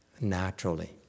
naturally